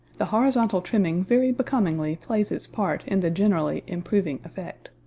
the horizontal trimming very becomingly plays its part in the generally improving effect.